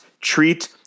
treat